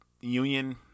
union